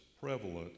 prevalent